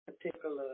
particular